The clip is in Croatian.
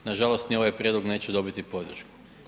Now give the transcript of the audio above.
Nažalost, ni ovaj prijedlog neće dobiti podršku.